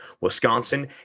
Wisconsin